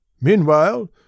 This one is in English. Meanwhile